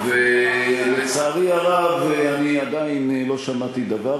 על החוק, ולצערי הרב, אני עדיין לא שמעתי דבר.